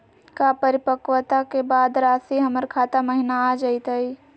का परिपक्वता के बाद रासी हमर खाता महिना आ जइतई?